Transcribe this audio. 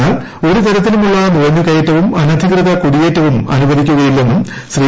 എന്നാൽ ഒരുതരത്തിലുമുള്ള നുഴഞ്ഞുകയറ്റവും ട്ട് അനധികൃത കുടിയേറ്റവും അനുവദിക്കുകയില്ലെന്നും ശ്രീ